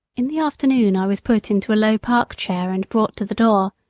in the afternoon i was put into a low park chair and brought to the door.